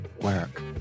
Work